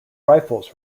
rifles